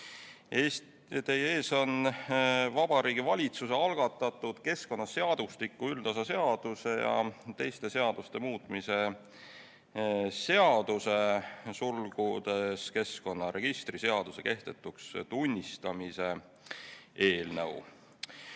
Teie ees on Vabariigi Valitsuse algatatud keskkonnaseadustiku üldosa seaduse ja teiste seaduste muutmise seaduse (keskkonnaregistri seaduse kehtetuks tunnistamine) eelnõu.